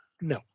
no